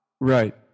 Right